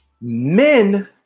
men